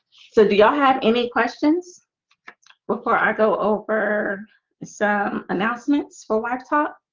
so, do y'all have any questions before i go over some announcements for laptop